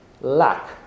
lack